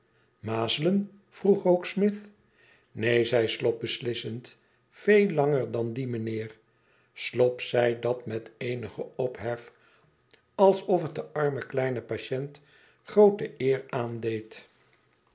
mazelen vroeg rokesmith neen zei slop beslissend veel langer dan die mijnheer slop zei dat meteenigen ophef alsof het den armen kiemen patiënt groote eer aandeed